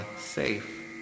safe